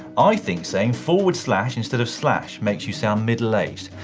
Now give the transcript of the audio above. i think saying forward slash instead of slash makes you sound middle aged.